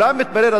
אולם התברר,